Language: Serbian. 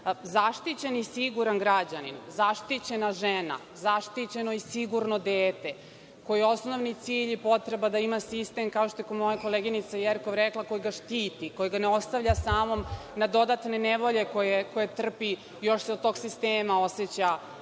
i siguran građanin, zaštićena žena, zaštićeno i sigurno dete, koje je osnovni cilj i potreba da ima sistem, kao što je moja koleginica Jerkov rekla, koji ga štiti, koji ga ne ostavlja samog na dodatne nevolje koje trpi, još se od tog sistema oseća